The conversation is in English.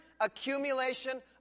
accumulation